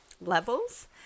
levels